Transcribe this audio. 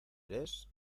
eres